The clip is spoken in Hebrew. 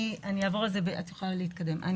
אני אעבור במהירות.